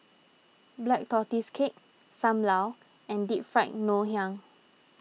Black Tortoise Cake Sam Lau and Deep Fried Ngoh Hiang